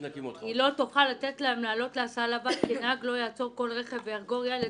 המציאות לא תאפשר להם לעלות להסעה כי נהג לא יעצור כל רכב ויחגור ילד.